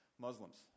Muslims